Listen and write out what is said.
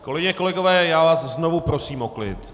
Kolegyně, kolegové, já vás znovu prosím o klid.